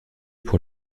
pour